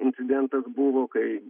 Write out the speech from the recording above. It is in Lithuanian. incidentas buvo kai